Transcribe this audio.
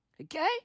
Okay